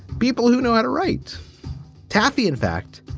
people who know how to write tapi, in fact,